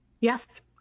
Yes